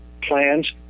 plans